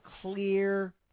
clear